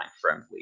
friendly